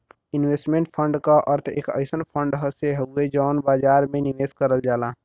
investment fund क अर्थ एक अइसन फण्ड से हउवे जौन बाजार में निवेश करल जाला